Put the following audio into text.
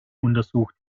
untersucht